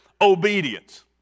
Obedience